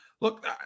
look